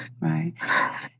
Right